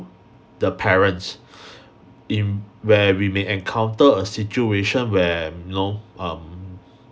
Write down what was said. the parents in where we may encounter a situation where you know um